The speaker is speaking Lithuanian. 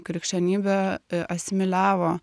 krikščionybė asimiliavo